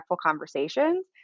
conversations